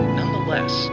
nonetheless